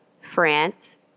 France